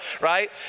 right